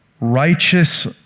righteous